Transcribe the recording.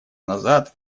назад